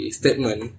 statement